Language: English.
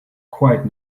quite